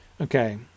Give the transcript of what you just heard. okay